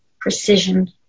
Precision